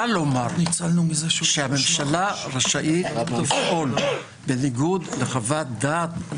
לומר שהממשלה רשאית לפעול בניגוד לחוות דעת.